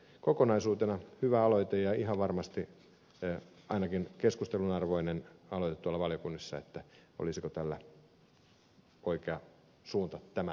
kokonaisuutena hyvä aloite ja ihan varmasti ainakin sen keskustelun arvoinen aloite tuolla valiokunnissa että olisiko tällä oikea suunta tämän muotoinen